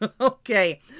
okay